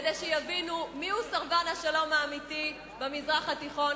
כדי שיבינו מיהו סרבן השלום האמיתי במזרח התיכון,